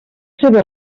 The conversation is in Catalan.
seves